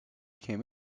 came